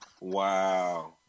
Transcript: Wow